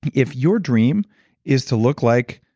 if your dream is to look like.